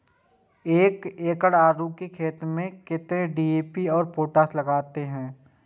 एक एकड़ आलू के खेत में कतेक डी.ए.पी और पोटाश लागते?